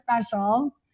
special